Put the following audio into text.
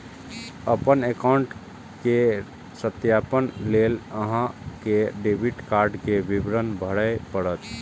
अपन एकाउंट केर सत्यापन लेल अहां कें डेबिट कार्ड के विवरण भरय पड़त